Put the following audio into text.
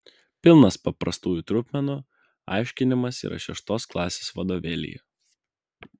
pilnas paprastųjų trupmenų aiškinimas yra šeštos klasės vadovėlyje